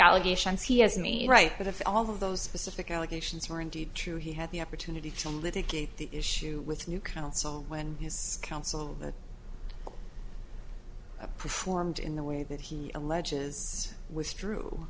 allegations he has me right that if all of those specific allegations were indeed true he had the opportunity to litigate the issue with new counsel when his counsel that performed in the way that he alleges was true